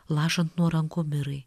lašant nuo rankų mirai